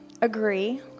agree